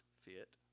fit